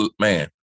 man